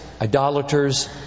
idolaters